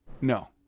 No